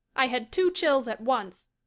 i had two chills at once.